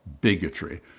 bigotry